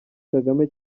kagame